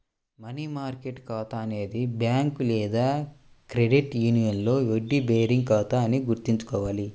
money market ఖాతా అనేది bank లేదా క్రెడిట్ యూనియన్లో వడ్డీ బేరింగ్ ఖాతా అని గుర్తుంచుకోవాలి